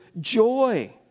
joy